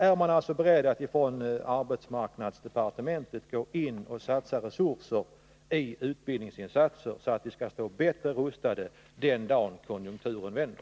Är man i arbetsmarknadsdepartementet beredd att satsa resurser på utbildningsinsatser så att vi står bättre rustade den dag konjunkturen vänder?